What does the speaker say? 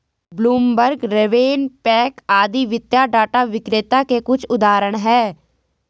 Bloomberg, RavenPack आदि वित्तीय data विक्रेता के कुछ उदाहरण हैं